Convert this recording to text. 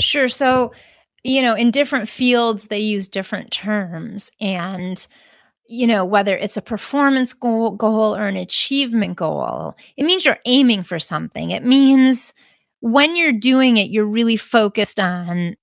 sure. so you know in different fields, they use different terms, and you know whether it's a performance goal, or an achievement goal, it means you're aiming for something. it means when you're doing it, you're really focused on